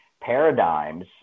paradigms